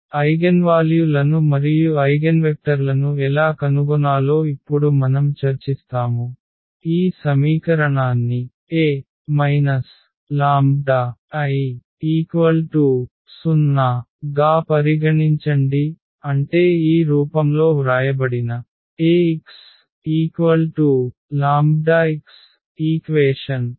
eigenvalue లను మరియు ఐగెన్వెక్టర్లను ఎలా కనుగొనాలో ఇప్పుడు మనం చర్చిస్తాము ఈ సమీకరణాన్ని A λIx0 గా పరిగణించండి అంటే ఈ రూపంలో వ్రాయబడిన Ax λx ఈక్వేషన్